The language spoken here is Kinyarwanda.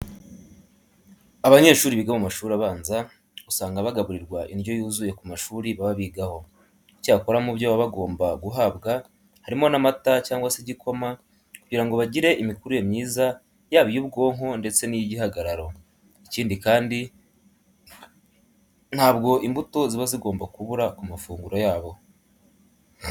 Abanyeshuri biga mu mashuri abanza usanga bagaburirwa indyo yuzuye ku mashuri baba bigaho. Icyakora mu byo baba bagomba guhabwa harimo n'amata cyangwa se igikoma kugira ngo bagire imikurire myiza yaba iy'ubwonko ndetse n'iy'igihagararo. Ikindi kandi ntabwo imbuto ziba zigomba kubura ku mafunguro yabo.